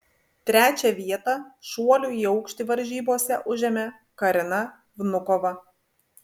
trečią vietą šuolių į aukštį varžybose užėmė karina vnukova